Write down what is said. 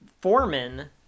Foreman